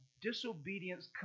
disobedience